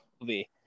movie